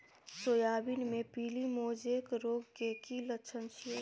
Soybean मे पीली mosaic रोग के की लक्षण छीये?